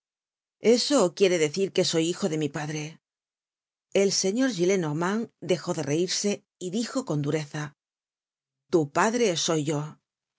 eso quiere decir que soy hijo de mi padre el señor gillenormand dejó de reirse y dijo con dureza tu padre soy yo